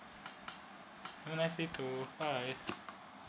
I see too bye